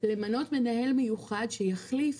למנות מנהל מיוחד שיחליף,